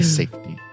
safety